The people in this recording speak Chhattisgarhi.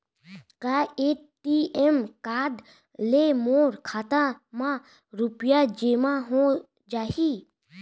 का ए.टी.एम कारड ले मोर खाता म रुपिया जेमा हो जाही?